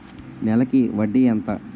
నెలకి వడ్డీ ఎంత?